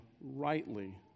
rightly